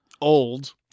old